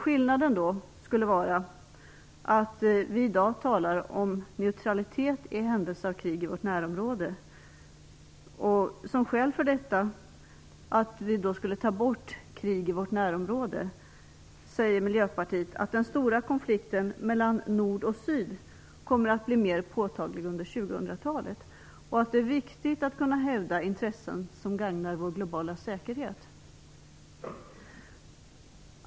Skillnaden skulle då vara att vi i dag talar om neutralitet i händelse av krig i vårt närområde. Skälet till att vi skulle ta bort formuleringen "krig i vårt närområde" är enligt Miljöpartiet att den stora konflikten mellan nord och syd kommer att bli mer påtaglig under 2000-talet och att det är viktigt att kunna hävda intressen som gagnar vår globala säkerhet.